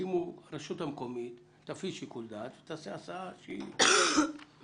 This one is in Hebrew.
הרשות המקומית תפעיל שיקול דעת ותעשה הסעה שהיא מגוונת.